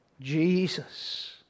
Jesus